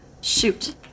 shoot